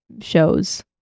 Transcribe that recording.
shows